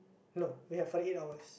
no we have forty eight hours